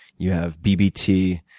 you have bbt,